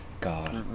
God